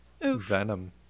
Venom